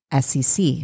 SEC